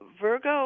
Virgo